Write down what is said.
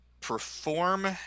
perform